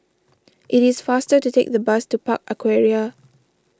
it is faster to take the bus to Park Aquaria